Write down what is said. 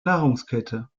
nahrungskette